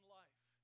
life